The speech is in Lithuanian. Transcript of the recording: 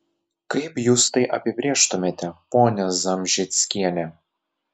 kaip jūs tai apibrėžtumėte ponia zamžickiene